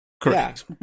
correct